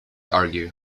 argue